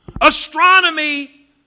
astronomy